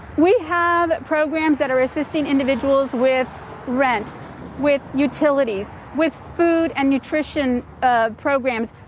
we have programs that are assisting individuals with rent with utilities with food and nutrition ah programs.